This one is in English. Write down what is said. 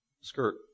skirt